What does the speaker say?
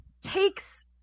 takes